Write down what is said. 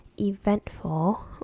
eventful